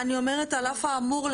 אבל אני אומרת על אף האמור,